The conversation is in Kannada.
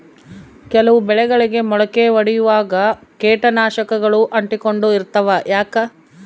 ಕೆಲವು ಬೆಳೆಗಳಿಗೆ ಮೊಳಕೆ ಒಡಿಯುವಾಗ ಕೇಟನಾಶಕಗಳು ಅಂಟಿಕೊಂಡು ಇರ್ತವ ಯಾಕೆ?